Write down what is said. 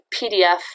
pdf